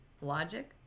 logic